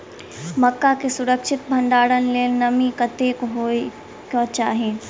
मक्का केँ सुरक्षित भण्डारण लेल नमी कतेक होइ कऽ चाहि?